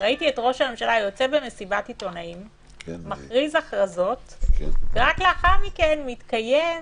ראיתי את ראש הממשלה מכריז הכרזות במסיבת עיתונאים ורק לאחר מכן מתקיים